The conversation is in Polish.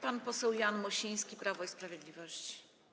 Pan poseł Jan Mosiński, Prawo i Sprawiedliwość.